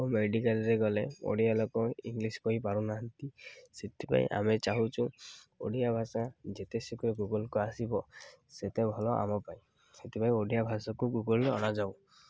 ଓ ମେଡ଼ିକାଲରେ ଗଲେ ଓଡ଼ିଆ ଲୋକ ଇଂଲିଶ କହିପାରୁନାହାନ୍ତି ସେଥିପାଇଁ ଆମେ ଚାହୁଁଛୁ ଓଡ଼ିଆ ଭାଷା ଯେତେ ଶୀଘ୍ର ଗୁଗଲ୍କୁ ଆସିବ ସେତେ ଭଲ ଆମ ପାଇଁ ସେଥିପାଇଁ ଓଡ଼ିଆ ଭାଷାକୁ ଗୁଗଲ୍ରେ ଅଣାଯାଉ